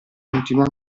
continuò